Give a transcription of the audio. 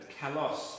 kalos